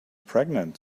pregnant